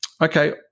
Okay